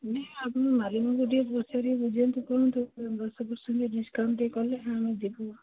ନା ଆପଣ ମାରିମକୁ ଟିକେ ପଚାରିକି ବୁଝନ୍ତୁ କୁହନ୍ତୁ ଦଶ ପରସେଣ୍ଟ୍ ଡିସ୍କାଉଣ୍ଟ୍ ଟିକେ କଲେ ଆମେ ଯିବୁ